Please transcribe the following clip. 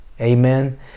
Amen